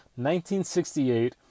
1968